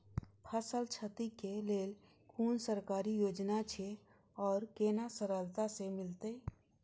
फसल छति के लेल कुन सरकारी योजना छै आर केना सरलता से मिलते?